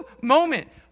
moment